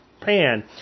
pan